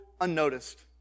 unnoticed